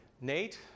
Nate